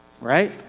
Right